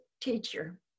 teacher